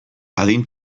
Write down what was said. adin